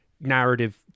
narrative